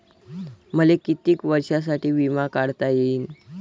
मले कितीक वर्षासाठी बिमा काढता येईन?